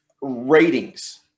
ratings